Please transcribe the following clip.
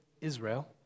Israel